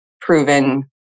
proven